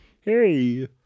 Hey